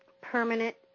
permanent